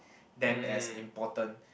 them as important